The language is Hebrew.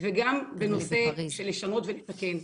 וגם בנושא של לשנות ולתקן,